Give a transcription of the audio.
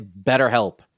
BetterHelp